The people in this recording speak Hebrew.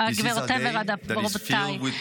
גבירותיי ורבותיי,